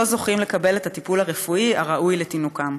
זוכים לקבל את הטיפול הרפואי הראוי לתינוקם.